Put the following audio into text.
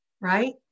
right